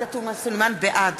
בעד